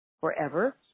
forever